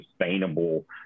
sustainable